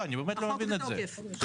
החוק בתוקף.